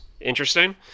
interesting